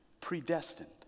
predestined